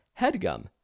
HEADGUM